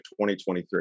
2023